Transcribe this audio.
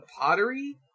pottery